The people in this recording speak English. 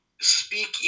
speak